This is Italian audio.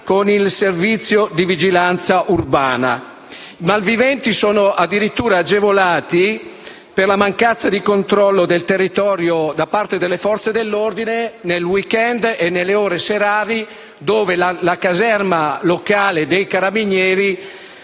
con il servizio di vigilanza urbana. I malviventi sono addirittura agevolati dalla mancanza di controllo del territorio da parte delle Forze dell'ordine nel *weekend* e nelle ore serali, in cui la caserma locale dei Carabinieri